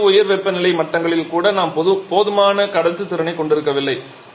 அத்தகைய உயர் வெப்பநிலை மட்டங்களில் கூட நாம் போதுமான கடத்துத்திறனைக் கொண்டிருக்கவில்லை